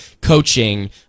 coaching